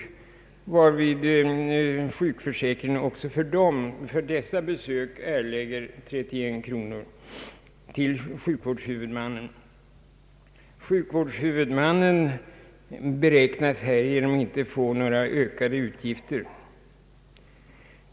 Försäkringskassan skall även vid sådana sjukbesök erlägga 31 kronor till sjukvårdshuvudmannen. Denne beräknas härigenom inte få några ökade utgifter.